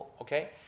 okay